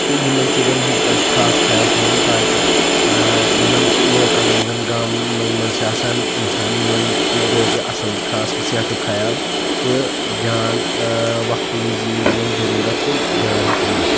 تہٕ یِمَن چیٖزَن ہُنٛد پَزِ خاص خَیال تھاوُن تاکہِ یِمَن لوکَل یِم زَن گامَن مَنٛز چھِ آسان اِنسان یِمَن تہِ روزِ اصل خاص کہ صحتُک خَیال تہٕ جان وَقتہٕ وِزِ یِیہِ یِمَن ضروٗرَت تہٕ جان ہیٚکن بٔچِتھ